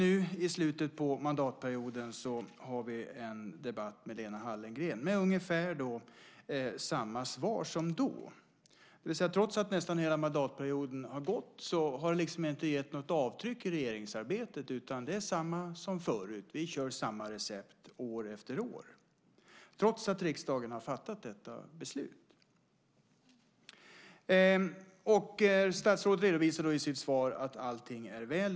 Nu i slutet på mandatperioden har vi en debatt med Lena Hallengren där vi får ungefär samma svar som då. Trots att nästan hela mandatperioden har gått, har det inte gett något avtryck i regeringsarbetet, utan det är samma som förut. Vi kör samma recept år efter år, trots att riksdagen har fattat detta beslut. Statsrådet redovisar i sitt svar att allting är väl.